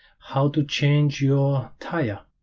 how to change your tire,